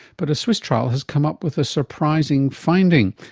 but a swiss trial has come up with a surprising finding.